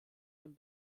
dem